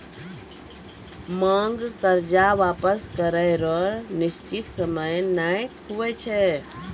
मांग कर्जा वापस करै रो निसचीत सयम नै हुवै छै